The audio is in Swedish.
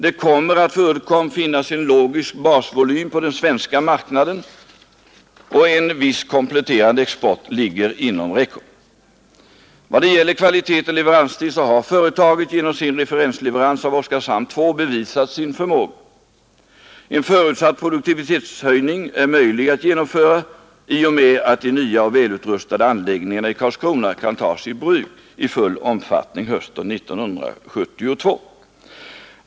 Det kommer att för Uddcomb finnas en logisk basvolym på den svenska marknaden, och en viss kompletterande export ligger inom räckhåll. Vad gäller kvalitet och leveranstid har företaget genom sin referensleverans av Oskarshamn 2 bevisat sin förmåga. En förutsatt produktivitetshöjning är möjlig att genomföra i och med att de nya och välutrustade anläggningarna i Karlskrona kan tas i bruk i full omfattning hösten 1972.